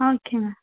okay ma'am